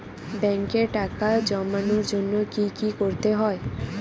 ব্যাংকে টাকা জমানোর জন্য কি কি করতে হয়?